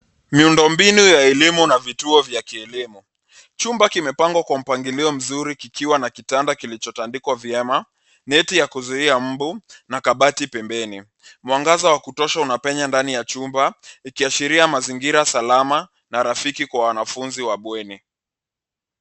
Miundo mbinu ya elimu na vituo vya kielimu. Chumba kimepangwa kwa mpangilio mzuri kikiwa na kitanda kilichotandikwa vyema, neti ya kuzuia mbu, na kabati pembeni. Mwangaza wa kutosha unapenya ndani ya chumba, ikiashiria mazingira salama na rafiki kwa wanafunzi wa bweni.